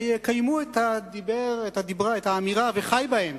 שיקיימו את האמירה "וחי בהם",